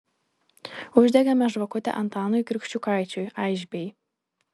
uždegame žvakutę antanui kriščiukaičiui aišbei